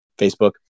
Facebook